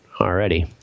already